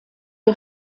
der